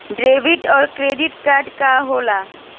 Debit और card कार्ड का होला?